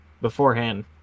beforehand